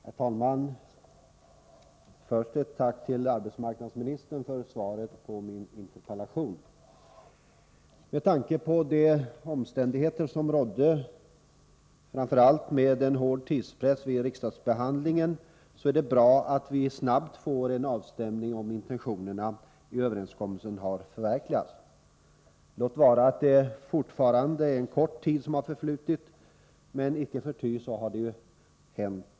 Herr talman! Först vill jag rikta ett tack till arbetsmarknadsministern för svaret på min interpellation. Med tanke på de omständigheter som rådde — framför allt var tidspressen hård vid riksdagsbehandlingen — är det bra att snabbt få en avstämning av huruvida intentionerna i överenskommelsen har förverkligats. Låt vara att det fortfarande är en kort tid som har förflutit, men icke förty har mycket hänt.